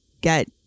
get